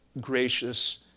gracious